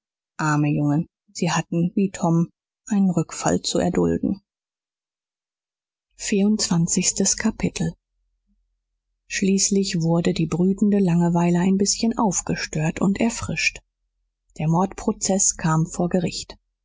arme jungen sie hatten wie tom einen rückfall zu erdulden vierundzwanzigstes kapitel schließlich wurde die brütende langeweile ein bißchen aufgestört und erfrischt der mordprozeß kam vor gericht